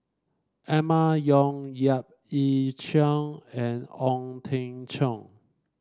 Emma Yong Yap Ee Chian and Ong Teng Cheong